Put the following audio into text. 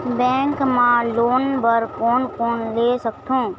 Bank मा loan बर कोन कोन ले सकथों?